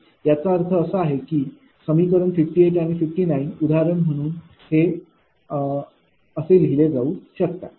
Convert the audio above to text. याचा अर्थ असा की हे समीकरण 58 आणि 59 उदाहरण म्हणून हे असे लिहिले जाऊ शकतात